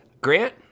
Grant